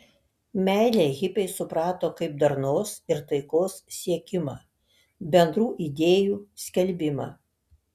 meilę hipiai suprato kaip darnos ir taikos siekimą bendrų idėjų skelbimą